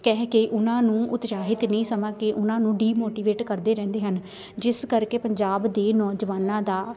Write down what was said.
ਕਹਿ ਕੇ ਉਹਨਾਂ ਨੂੰ ਉਤਸ਼ਾਹਿਤ ਨਹੀਂ ਸਮਾਂ ਕਿ ਉਹਨਾਂ ਨੂੰ ਡੀਮੋਟੀਵੇਟ ਕਰਦੇ ਰਹਿੰਦੇ ਹਨ ਜਿਸ ਕਰਕੇ ਪੰਜਾਬ ਦੇ ਨੌਜਵਾਨਾਂ ਦਾ